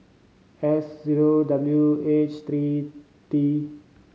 S zero W H three T